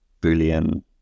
Boolean